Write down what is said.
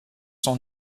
sont